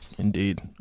Indeed